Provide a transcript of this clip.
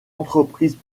entreprises